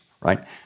right